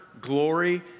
glory